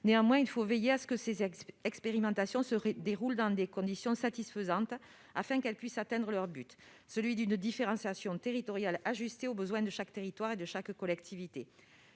Néanmoins, il faut veiller à ce que ces expérimentations se déroulent dans des conditions satisfaisantes, afin qu'elles puissent atteindre leur but, celui d'une différenciation territoriale ajustée aux besoins de chaque territoire et de chaque collectivité.